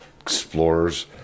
explorers